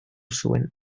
zuen